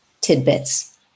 tidbits